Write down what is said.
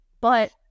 but-